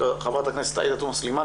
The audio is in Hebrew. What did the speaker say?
ח"כ עאידה תומא סלימאן,